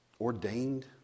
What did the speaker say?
ordained